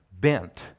bent